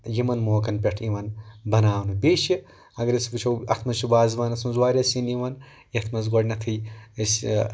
یِمَن موقعن پٮ۪ٹھ یِوان بناونہٕ بیٚیہِ چھِ اگر أسۍ وٕچھو اَتھ منٛز چھِ وازوانَس منٛز واریاہ سِنۍ یِوان یَتھ منٛز گۄڈنیٚتھٕے أسۍ